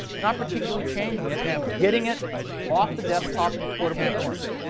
not particularly changing it, and getting it off the desktop in portable forms.